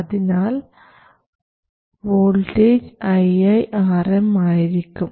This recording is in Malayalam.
അതിനാൽ വോൾട്ടേജ് iiRm ആയിരിക്കും